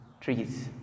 trees